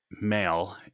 male